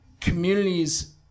communities